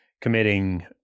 committing